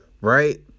right